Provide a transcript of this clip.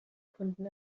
kunden